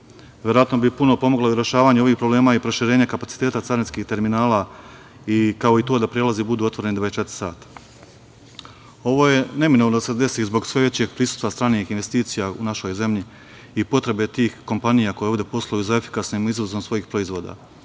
Verovatno bi puno pomoglo i rešavanje ovih problema i proširenje kapaciteta carinskih terminala, kao i to da prelazi budu otvoreni 24 sata. Ovo je neminovno da se desi zbog sve većeg prisustva stranih investicija u našoj zemlji i potrebe tih kompanija koje ovde posluju za efikasnim izazovom svojih proizvoda,